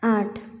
आठ